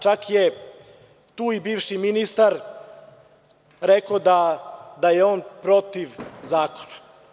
Čak je tu i bivši ministar rekao da je on protiv zakona.